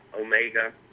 Omega